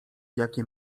jakie